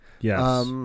Yes